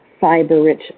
fiber-rich